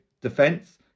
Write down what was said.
Defense